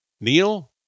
Neil